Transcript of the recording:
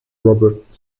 robert